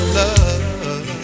love